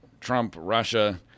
Trump-Russia